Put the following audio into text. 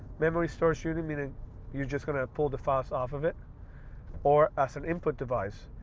memory store shooting meaning you're just going to pull the files off of it or as an input device.